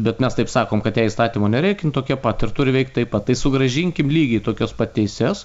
bet mes taip sakom kad jai įstatymo nereik jin tokia pat ir turi veikt taip pat tai sugrąžinkim lygiai tokias pat teises